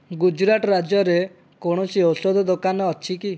ଗୁଜୁରାଟ ରାଜ୍ୟରେ କୌଣସି ଔଷଧ ଦୋକାନ ଅଛି କି